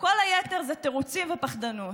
כל היתר זה תירוצים ופחדנות.